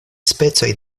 specoj